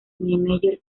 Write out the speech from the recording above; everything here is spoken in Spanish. niemeyer